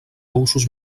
usos